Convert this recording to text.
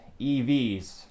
EVs